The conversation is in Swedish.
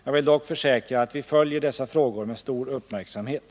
Jag vill dock försäkra att vi följer dessa frågor med stor uppmärksamhet.